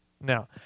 Now